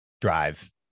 drive